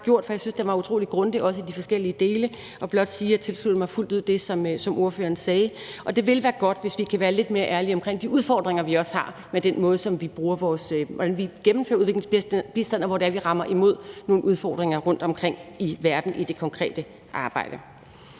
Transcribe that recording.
sagde, for jeg synes, hendes tale var utrolig grundig i alle dens dele. Jeg vil blot sige, at jeg fuldt ud tilslutter mig det, som ordføreren sagde. Det vil være godt, hvis vi kan være lidt mere ærlige omkring de udfordringer, vi har, med den måde, vi udmønter udviklingsbistanden på, hvor vi støder på nogle udfordringer rundtomkring i verden i det konkrete arbejde.